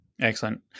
Excellent